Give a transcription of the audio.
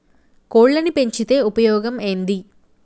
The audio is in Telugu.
కోళ్లని పెంచితే ఉపయోగం ఏంది?